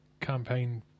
Campaign